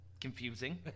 confusing